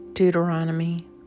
Deuteronomy